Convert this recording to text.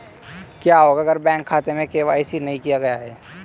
क्या होगा अगर बैंक खाते में के.वाई.सी नहीं किया गया है?